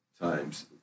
times